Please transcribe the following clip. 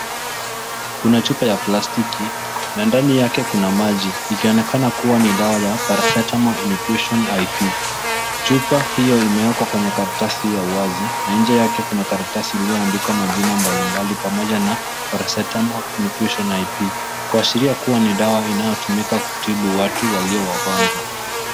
Kuna chupa ya plastiki na ndani yake kuna maji ikionekana kuwa ni dawa ya, Paracetamol infusion IP.Chupa hiyo imewekwa kwenye karatasi ya wazi na na nje yake kuna karatasi iliyoandikwa majina mbalimbali pamoja na Paracetamol infusion IP kuashiria kuwa ni dawa inayotumika kutibu watu walio wagonjwa.